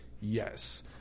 Yes